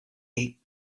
eat